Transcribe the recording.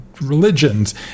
religions